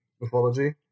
mythology